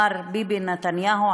מר ביבי נתניהו,